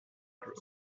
group